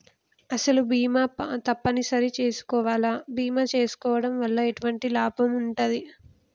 అసలు బీమా తప్పని సరి చేసుకోవాలా? బీమా చేసుకోవడం వల్ల ఎటువంటి లాభం ఉంటది?